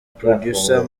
producer